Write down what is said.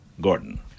Gordon